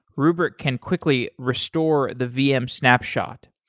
rubrik can quickly restore the vm snapshot.